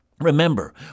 Remember